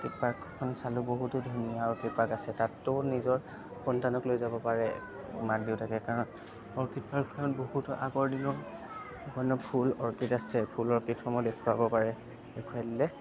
পাৰ্কখন চালোঁ বহুতো ধুনীয়া অৰ্কিড পাৰ্ক আছে তাততো নিজৰ সন্তানক লৈ যাব পাৰে মাক দেউতাকে কাৰণ অৰ্কিড পাৰ্কখনত বহুতো আগৰ দিনৰ বিভিন্ন ধৰণৰ ফুল অৰ্কিড আছে ফুল অৰ্কিডসমূহ দেখুৱাব পাৰে দেখুৱাই দিলে